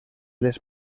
les